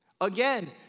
Again